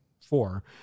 four